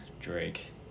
Drake